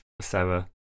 Sarah